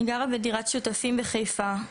אני גרה בדירת שותפים בחיפה,